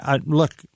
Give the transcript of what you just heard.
Look